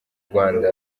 rwanda